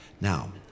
Now